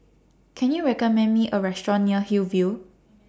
Can YOU recommend Me A Restaurant near Hillview